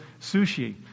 sushi